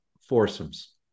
foursomes